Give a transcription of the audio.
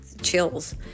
chills